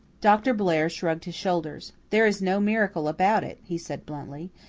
dr. blair shrugged his shoulders. there is no miracle about it, he said bluntly.